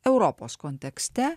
europos kontekste